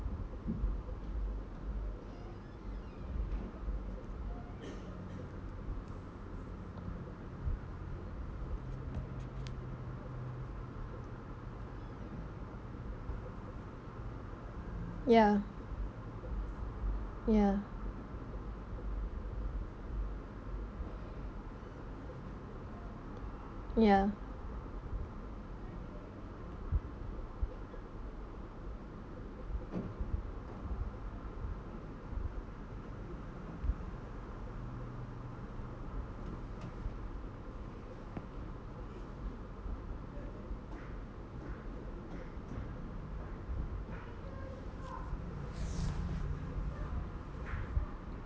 ya ya ya